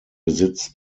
besitz